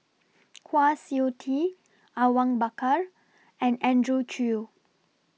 Kwa Siew Tee Awang Bakar and Andrew Chew